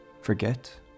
forget